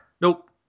Nope